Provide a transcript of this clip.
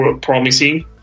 promising